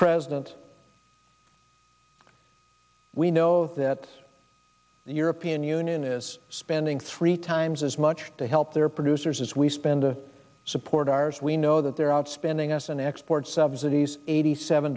president we know that the european union is spending three times as much to help their producers as we spend to support ours we know that they're outspending us and export subsidies eighty seven